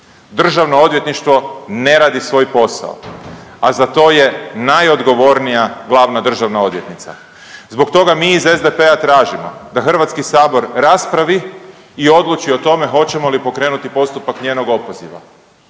Državno odvjetništvo ne radi svoj posao, a za to je najodgovornija glavna državna odvjetnica. Zbog toga mi iz SDP-a tražimo da Hrvatski sabor raspravi i odluči o tome hoćemo li pokrenuti postupak njenog opoziva.